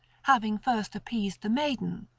having first appeased the maiden,